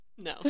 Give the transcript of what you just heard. no